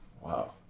Wow